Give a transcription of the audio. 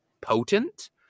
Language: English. potent